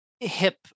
hip